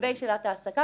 לגבי שאלת ההעסקה